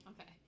Okay